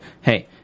hey